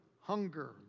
hunger